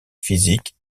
physiques